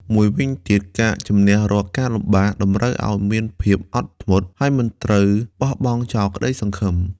មួយវិញទៀត ការជម្នះរាល់ការលំបាក តម្រូវឲ្យមានភាពអត់ធ្មត់ ហើយមិនត្រូវបោះបង់ចោលក្តីសង្ឃឹម។